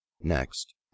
Next